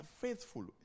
faithful